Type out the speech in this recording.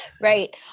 Right